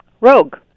Rogue